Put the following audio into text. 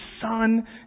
son